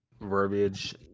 verbiage